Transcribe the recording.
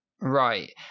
Right